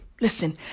Listen